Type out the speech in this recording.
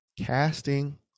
Casting